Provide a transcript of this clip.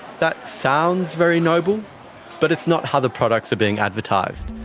that sounds very noble but it's not how the products are being advertised.